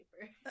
paper